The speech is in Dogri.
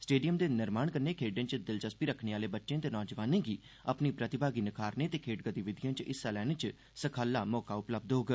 स्टेडियम दे निर्माण कन्नै खेड्ड च दिलचस्पी रक्खने आले बच्चे ते नोजवानें गी अपनी प्रतिभा गी नखारने ते खेड्ड गतिविधियें च हिस्सा लैने दा सखल्ला मौका उपलब्ध होग